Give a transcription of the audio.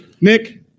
Nick